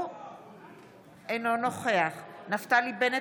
אינו נוכח אמיר אוחנה,